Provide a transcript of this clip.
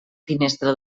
finestra